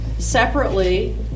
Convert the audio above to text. Separately